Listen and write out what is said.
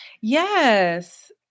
Yes